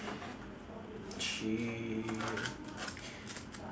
she